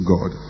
God